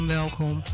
welkom